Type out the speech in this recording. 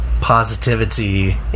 positivity